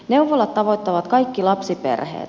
neuvolat tavoittavat kaikki lapsiperheet